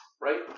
right